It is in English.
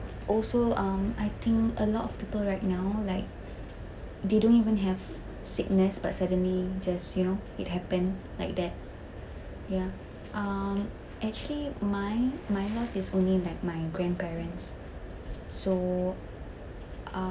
also um I think a lot of people right now like they don't even have sickness but suddenly just you know it happen like that ya um actually my my life is only like my grandparents so uh